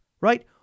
right